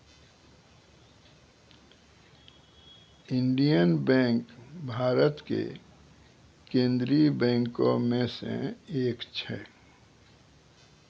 Indian Bank Bharat के केन्द्रीय बैंको मे से एक छै